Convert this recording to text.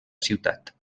ciutat